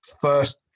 first